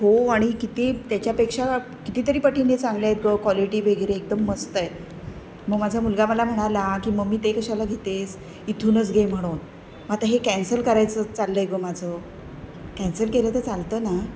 हो आणि किती त्याच्यापेक्षा कितीतरी पटीने चांगले आहेत गं क्वालिटी वगैरे एकदम मस्त आहे मग माझा मुलगा मला म्हणाला की मम्मी ते कशाला घेतेस इथूनच घे म्हणून मग आता हे कॅन्सल करायचं चाललं आहे गं माझं कॅन्सल केलं तर चालतं ना